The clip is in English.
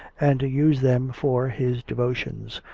and to use them for his devotions.